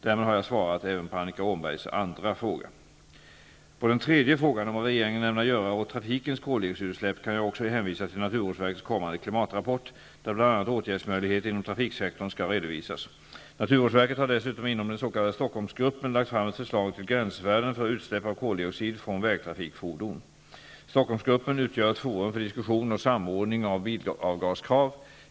Därmed har jag svarat även på Annika Åhnbergs andra fråga. Beträffande den tredje frågan, om vad regeringen ämnar göra åt trafikens koldioxidutsläpp, kan jag också hänvisa till naturvårdsverkets kommande klimatrapport, där bl.a. åtgärdsmöjligheter inom trafiksektorn skall redovisas. Naturvårdsverket har dessutom inom den s.k. Stockholmsgruppen lagt fram ett förslag till gränsvärden för utsläpp av koldioxid från vägtrafikfordon. Stockholmsgruppen utgör ett forum för diskussion och samordning av bilavgaskrav.